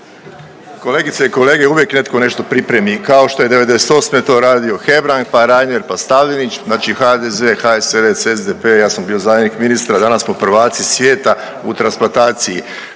Kolegice i kolege, uvijek netko nešto pripremi, kao što je '98. to radio Hebrang pa Reiner pa Stavljenić, znači HDZ, HSLS, SDP, ja sam bio zamjenik ministra, danas smo prvaci svijeta u transplantaciji.